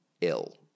ill